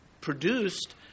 produced